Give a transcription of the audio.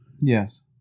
Yes